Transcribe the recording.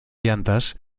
llantas